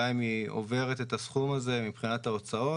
גם אם היא עוברת את הסכום הזה מבחינת ההוצאות,